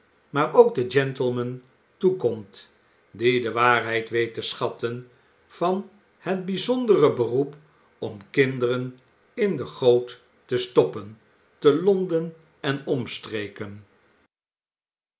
maar ook den gentleman toekomt die de waarheid weet te schatten van het bijzondere beroep om kinderen in de goot te stoppen te londen en omstreken